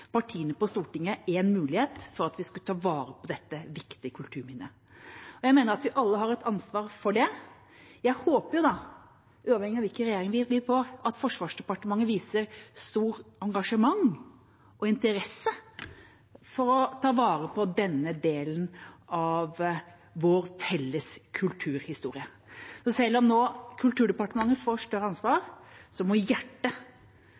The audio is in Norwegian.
partiene på Stortinget en mulighet for at vi skulle ta vare på dette viktige kulturminnet. Jeg mener at vi alle har et ansvar for det. Uavhengig av hvilken regjering vi får, håper jeg at Forsvarsdepartementet viser stort engasjement og interesse for å ta vare på denne delen av vår felles kulturhistorie. Selv om Kulturdepartementet nå får større ansvar, må hjertet